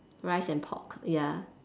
rice and pork ya